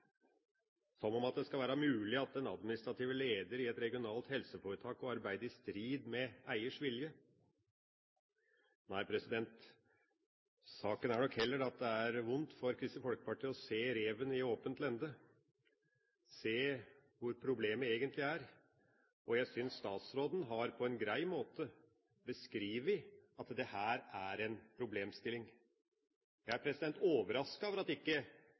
som om det skal være mulig for den administrative leder i et regionalt helseforetak å arbeide i strid med eiers vilje. Nei, saken er nok heller at det er vondt for Kristelig Folkeparti å se reven i åpent lende, se hvor problemet egentlig er. Jeg synes statsråden på en grei måte har beskrevet at dette er en problemstilling. Jeg er overrasket over at ikke